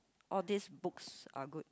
all this books are good